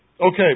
Okay